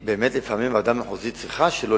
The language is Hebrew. לפעמים הוועדה המחוזית באמת צריכה שלא